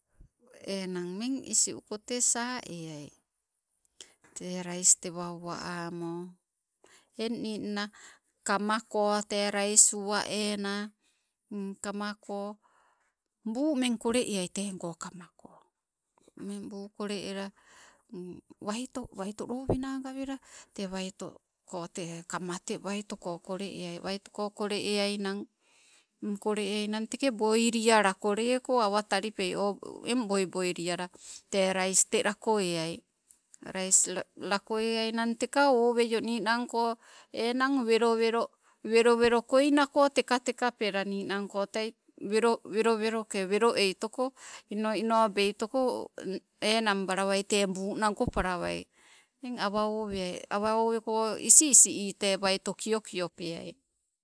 Enang meng isi uko te saeai, tee rais tewa uma ammo eng ninna kamako te rais uwa enna, kamako buu meng kole ela waito, waito lowena gawela te waitoko tee kamma te waitoko kolle eai, waito kole eainang kole eainang tekee boili alako leko awa talipei oh eng boi- boiliala. Tee rais te lakoweai, rais la lako eainang teka owei o ninangko enang welowelo, welowelo ke welowelo eitoko ino ino beitoko enang balawai, tea buu nagapela wai. Eng awa oweai, owa oweko oh isi isi ii te waito kiokio peai.